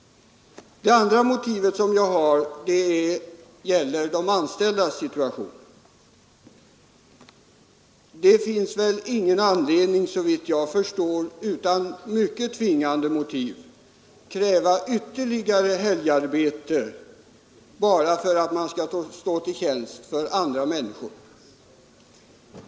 Mitt andra motiv gäller de anställdas situation. Såvitt jag förstår finns det ingen anledning att utan mycket tvingande motiv kräva ytterligare helgarbeten bara för att man skall stå andra människor till tjänst.